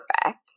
perfect